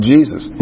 Jesus